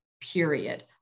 period